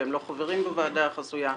הם לא חברים בוועדה החסויה,